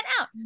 out